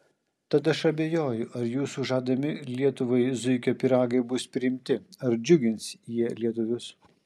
tad aš abejoju ar jūsų žadami lietuvai zuikio pyragai bus priimti ar džiugins jie lietuvius